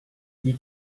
you